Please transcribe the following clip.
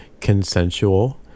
consensual